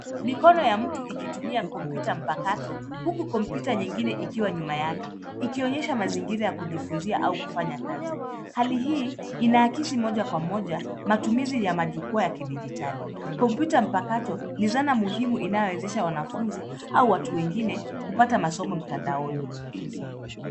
Mikono ya mtu ikitumia kompyuta mpakato huku kompyuta ingine ikiwa nyuma yake, ikijionyesha mazingira ya kujifunzia au kufanya kazi. Hali hii inaakisi moja kwa moja matumizi ya majukwaa ya kidijitali. Kompyuta mpakato ni zana muhimu inayowezesha wanafunzi au watu wengine kupata masomo mtandaoni.